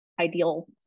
ideal